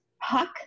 Puck